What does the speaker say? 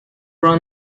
run